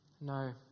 no